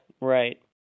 Right